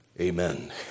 Amen